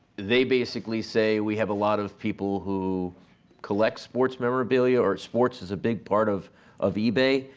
they basically say we have a lot of people who collect sports memorabilia or sports is a big part of of ebay,